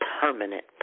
permanent